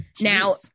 Now